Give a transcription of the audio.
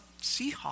Seahawks